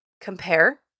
compare